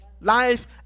Life